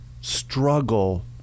struggle